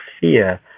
fear